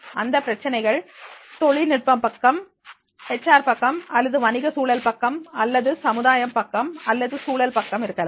அந்த பிரச்சனைகள் தொழில்நுட்பம் பக்கம் ஹெச் ஆர் பக்கம் அல்லது வணிக சூழல் பக்கம் அல்லது சமுதாயம் பக்கம் அல்லது சூழல் பக்கம் இருக்கலாம்